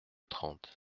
trente